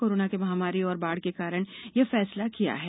corona महामारी और बाढ़ के कारण यह फैसला किया है